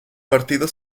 partido